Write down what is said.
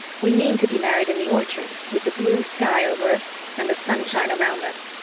we mean to be married in the orchard with the blue sky over us and the sunshine around us.